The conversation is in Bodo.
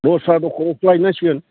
दस्रा दखानावसो लायनांसिगोन